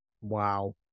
Wow